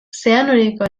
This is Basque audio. zeanuriko